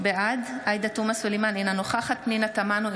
בעד עאידה תומא סלימאן, אינה נוכחת